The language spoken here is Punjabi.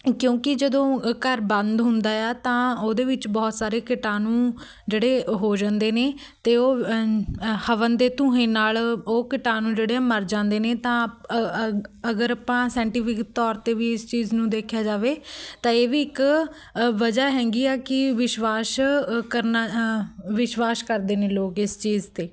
ਕਿਉਂਕਿ ਜਦੋਂ ਘਰ ਬੰਦ ਹੁੰਦਾ ਏ ਆ ਤਾਂ ਉਹਦੇ ਵਿੱਚ ਬਹੁਤ ਸਾਰੇ ਕੀਟਾਣੂ ਜਿਹੜੇ ਹੋ ਜਾਂਦੇ ਨੇ ਅਤੇ ਉਹ ਹਵਨ ਦੇ ਧੂੰਏ ਨਾਲ ਉਹ ਕੀਟਾਣੂ ਜਿਹੜੇ ਆ ਮਰ ਜਾਂਦੇ ਨੇ ਤਾਂ ਅਗਰ ਆਪਾਂ ਸੈਂਟੀਫਿਕ ਤੌਰ 'ਤੇ ਵੀ ਇਸ ਚੀਜ਼ ਨੂੰ ਦੇਖਿਆ ਜਾਵੇ ਤਾਂ ਇਹ ਵੀ ਇੱਕ ਵਜ੍ਹਾ ਹੈਗੀ ਆ ਕਿ ਵਿਸ਼ਵਾਸ ਕਰਨਾ ਵਿਸ਼ਵਾਸ ਕਰਦੇ ਨੇ ਲੋਕ ਇਸ ਚੀਜ਼ 'ਤੇ